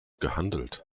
gehandelt